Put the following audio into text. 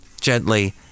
gently